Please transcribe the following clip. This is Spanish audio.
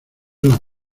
las